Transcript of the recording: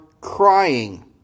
crying